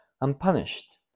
unpunished